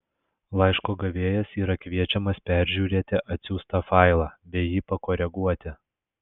laiško gavėjas yra kviečiamas peržiūrėti atsiųstą failą bei jį pakoreguoti